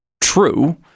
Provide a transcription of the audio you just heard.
true